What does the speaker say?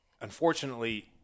unfortunately